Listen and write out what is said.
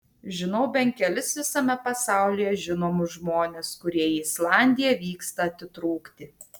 žinau bent kelis visame pasaulyje žinomus žmones kurie į islandiją vyksta atitrūkti